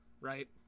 right